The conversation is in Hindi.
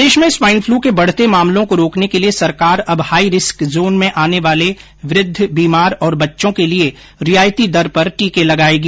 प्रदेश में स्वाईन पलू के बढ़ते मामलों को रोकने के लिये सरकार अब हाई रिस्क जोन में आने वाले वृद्ध बीमार और बच्चों के लिये रियायती दर पर टीके लगायेगी